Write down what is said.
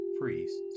priests